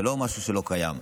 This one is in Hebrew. זה לא משהו שלא קיים.